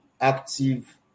active